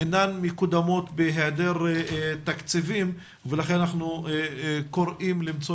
אינן מקודמות בהיעדר תקציבים ולכן אנחנו קוראים למצוא